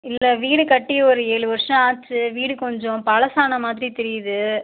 இந்த வீடு கட்டி ஒரு ஏழு வருஷம் ஆச்சு வீடு கொஞ்சம் பழசான மாதிரி தெரியுது